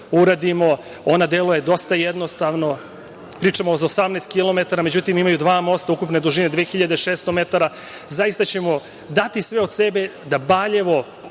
Ona deluje dosta jednostavno. Pričamo o 18 kilometara. Međutim, imaju dva mosta ukupne dužine od 2600 metara. Zaista ćemo dati sve od sebe da Valjevo